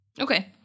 Okay